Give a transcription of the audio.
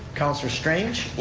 councilor strange,